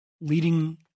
leading